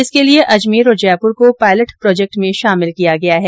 इसके लिए अजमेर और जयपुर को पायलट प्रोजेक्ट में शामिल किया गया है